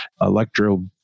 electro